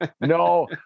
no